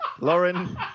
Lauren